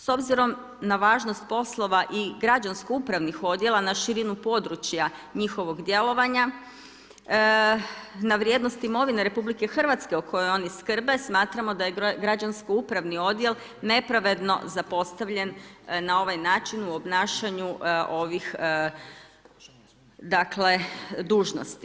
S obzirom na važnost poslova i građansko-upravnih odjela na širinu područja njihovog djelovanja na vrijednost imovine Republike Hrvatske o kojoj oni skrbe smatramo da je građansko-upravni odjel nepravedno zapostavljen na ovaj način u obnašanju ovih dužnosti.